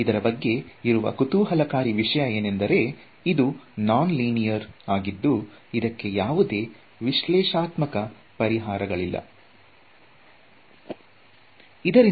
ಇದರ ಬಗ್ಗೆ ಇರುವ ಕುತೂಹಲಕಾರಿ ವಿಷಯ ಏನೆಂದರೆ ಇದು ನಾನ್ ಲೀನಿಯರ್ ಆಗಿದ್ದು ಇದಕ್ಕೆ ಯಾವುದೇ ವಿಶ್ಲೇಷಣಾತ್ಮಕ ಪರಿಹಾರಗಳು ಇಲ್ಲ